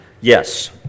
Yes